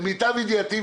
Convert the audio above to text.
למיטב ידיעתי,